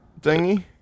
thingy